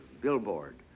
billboard